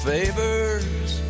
Favors